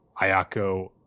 Ayako